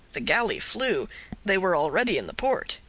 the galley flew they were already in the port.